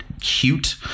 cute